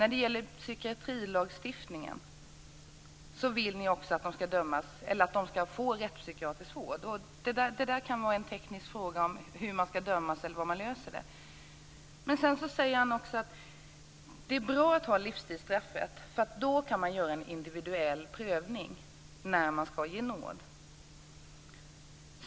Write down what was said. När det gäller psykiatrilagstiftningen vill ni också att de ska få rättspsykiatrisk vård. Det kan vara en teknisk fråga hur man ska dömas och hur vi löser den. Sedan säger Jeppe Johnsson att det är bra att ha livstidsstraffet, för då kan man göra en individuell prövning när man ska ge nåd.